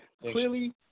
Clearly